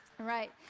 right